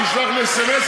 שישלח לי סמ"ס,